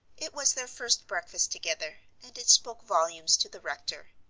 it was their first breakfast together, and it spoke volumes to the rector.